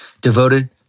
devoted